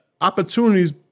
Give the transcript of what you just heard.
opportunities